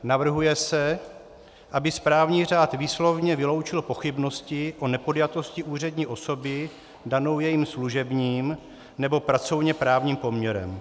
Navrhuje se, aby správní řád výslovně vyloučil pochybnosti o nepodjatosti úřední osoby danou jejím služebním nebo pracovněprávním poměrem.